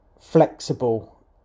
flexible